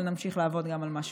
אבל נמשיך לעבוד גם על מה שלא.